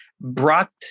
brought